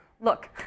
Look